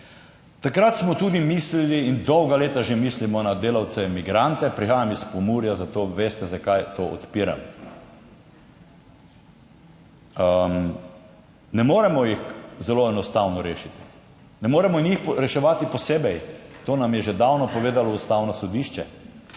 Takrat smo tudi mislili in dolga leta že mislimo na delavce migrante, prihajam iz Pomurja, zato veste zakaj to odpiram. Ne moremo jih zelo enostavno rešiti, ne moremo jih reševati posebej, to nam je že davno povedalo Ustavno sodišče,